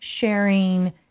sharing